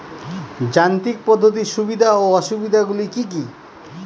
যান্ত্রিক পদ্ধতির সুবিধা ও অসুবিধা গুলি কি কি?